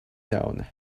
known